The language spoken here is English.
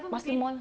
marsiling mall